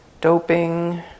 doping